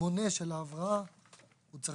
בשבוע עבודה בן 5 ימים: וותק